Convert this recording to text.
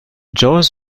jaws